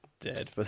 dead